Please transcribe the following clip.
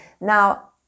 Now